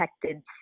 protected